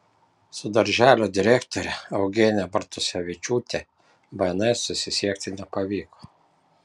su darželio direktore eugenija bartusevičiūtė bns susisiekti nepavyko